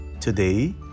Today